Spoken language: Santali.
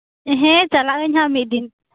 ᱦᱮᱸ ᱪᱟᱞᱟᱜᱟᱹᱧ ᱦᱟᱜ ᱢᱤᱫ ᱫᱤᱱ